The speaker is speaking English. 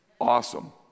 Awesome